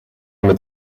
mit